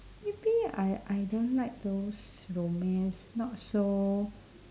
maybe I I don't like those romance not so